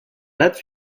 date